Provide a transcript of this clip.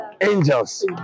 Angels